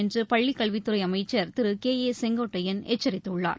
என்றுபள்ளிக் கல்வித் துறைஅமைச்சர் திருகே ஏ செங்கோட்டையன் எச்சரித்துள்ளார்